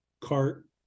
cart